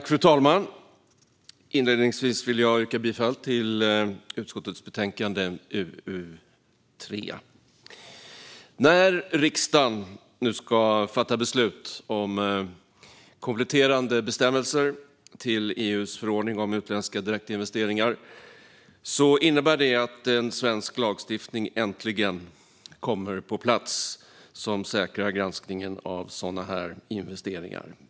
Fru talman! Inledningsvis yrkar jag bifall till utskottets förslag i UU3. När riksdagen nu ska fatta beslut om kompletterande bestämmelser till EU:s förordning om utländska direktinvesteringar innebär det att en svensk lagstiftning som säkrar granskningen av sådana investeringar äntligen kommer på plats.